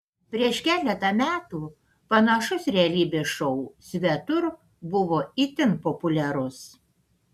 prieš keletą metų panašus realybės šou svetur buvo itin populiarus